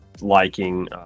liking